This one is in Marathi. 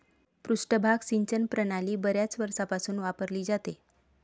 पृष्ठभाग सिंचन प्रणाली बर्याच वर्षांपासून वापरली जाते